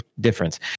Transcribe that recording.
difference